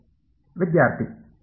ವಿದ್ಯಾರ್ಥಿ ನೀವು ಎಂದು ಬರೆಯಬಹುದು